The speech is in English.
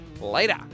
Later